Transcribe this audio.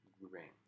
ring